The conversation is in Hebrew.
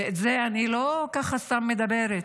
ואת זה אני לא ככה סתם אומרת.